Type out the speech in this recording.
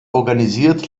organisiert